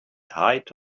height